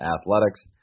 athletics